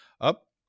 up